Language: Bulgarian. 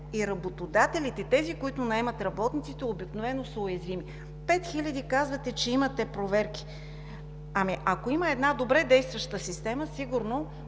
и работодателите, тези, които наемат работниците, обикновено са уязвими. Пет хиляди проверки казвате, че имате. Ако има една добре действаща система, сигурно